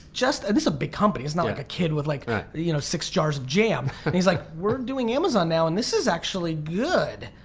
and this a big company. it's not like a kid with like ah you know six jars of jam and he's like we're doing amazon now and this is actually good.